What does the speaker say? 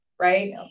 Right